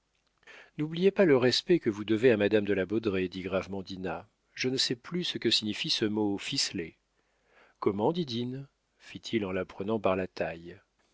n'oubliez pas le respect que vous devez à madame de la baudraye dit gravement dinah je ne sais plus ce que signifie ce mot ficelée comment didine fit-il en la prenant par la taille